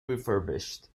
refurbished